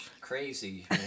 Crazy